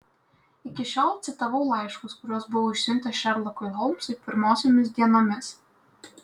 iki šiol citavau laiškus kuriuos buvau išsiuntęs šerlokui holmsui pirmosiomis dienomis